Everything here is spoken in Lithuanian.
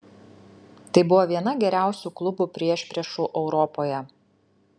tai buvo viena geriausių klubų priešpriešų europoje